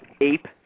ape